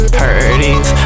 parties